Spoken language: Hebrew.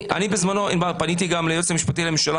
אני בזמנו פניתי גם ליועץ המשפטי לממשלה.